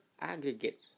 aggregate